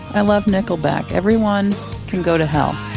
i love nickelback. everyone can go to hell